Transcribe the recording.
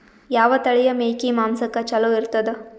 ಯಾವ ತಳಿಯ ಮೇಕಿ ಮಾಂಸಕ್ಕ ಚಲೋ ಇರ್ತದ?